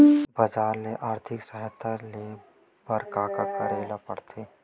बजार ले आर्थिक सहायता ले बर का का करे ल पड़थे?